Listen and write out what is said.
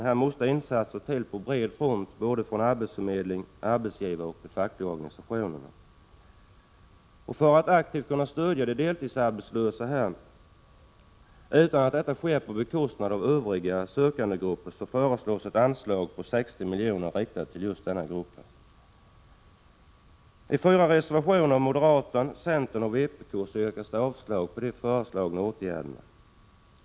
Här måste det till insatser på bred front både från arbetsförmedlingen, arbetsgivare och de fackliga organisationerna. För att aktivt kunna stödja de deltidsarbetslösa utan att det sker på bekostnad av övriga grupper arbetssökande föreslås ett anslag på 60 miljoner riktat till just denna grupp. I fyra reservationer från moderaterna, centerna och vpk yrkas det avslag på de föreslagna åtgärderna.